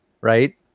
right